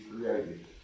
created